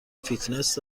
فیتنس